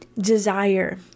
desire